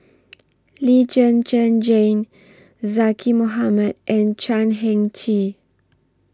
Lee Zhen Zhen Jane Zaqy Mohamad and Chan Heng Chee